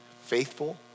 faithful